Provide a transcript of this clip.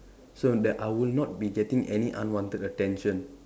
so that I will not be getting any unwanted attention